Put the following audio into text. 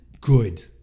good